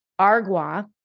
Argua